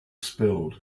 spilled